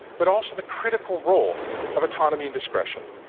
but also the critical role of autonomy and discretion.